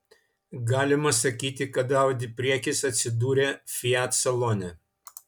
galima sakyti kad audi priekis atsidūrė fiat salone